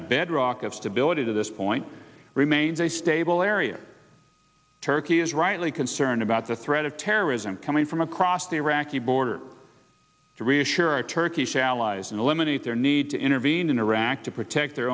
a bedrock of stability to this point remains a stable area turkey is rightly concerned about the threat of terrorism coming from across the iraqi border to reassure our turkish allies and eliminate their need to intervene in iraq to protect their